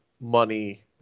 money